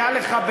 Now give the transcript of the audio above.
היה לך,